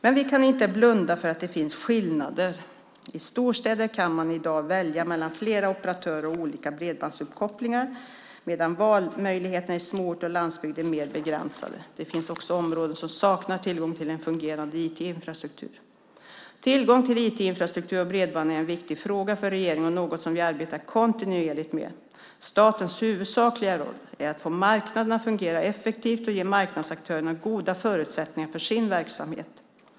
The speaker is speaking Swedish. Men vi kan inte blunda för att det finns skillnader. I storstäder kan man i dag välja mellan flera operatörer och olika bredbandsuppkopplingar, medan valmöjligheterna i småorter och landsbygd är mer begränsade. Det finns också områden som saknar tillgång till en fungerande IT-infrastruktur. Tillgång till IT-infrastruktur och bredband är en viktig fråga för regeringen och något som vi arbetar kontinuerligt med. Statens huvudsakliga roll är att få marknaden att fungera effektivt och ge marknadsaktörerna goda förutsättningar för sin verksamhet.